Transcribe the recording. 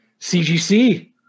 CGC